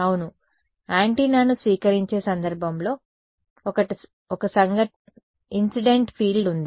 అవును యాంటెన్నాను స్వీకరించే సందర్భంలో ఒక ఇన్సిడెంట్ ఫీల్డ్ ఉంది